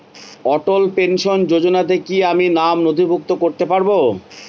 অটল pension যোজনাতে কি আমি নাম নথিভুক্ত করতে পারবো?